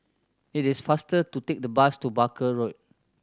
it is faster to take the bus to Barker Road